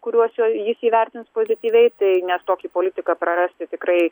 kuriuos jo jis įvertins pozityviai tai nes tokį politiką prarasti tikrai